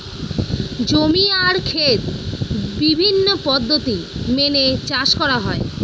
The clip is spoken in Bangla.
জমি আর খেত বিভিন্ন পদ্ধতি মেনে চাষ করা হয়